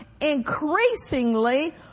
increasingly